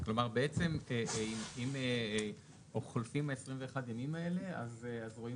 בעצם אם חולפים 21 ימים אלה, רואים...?